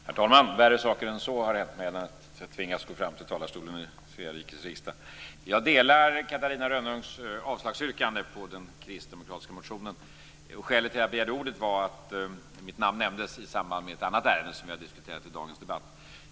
Herr talman! Jag ansluter mig till Catarina Rönnungs yrkande om avslag på den kristdemokratiska motionen. Skälet till att jag begärde ordet var att mitt namn nämndes i samband med ett annat ärende som vi har diskuterat i dagens debatt.